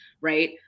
Right